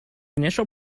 initial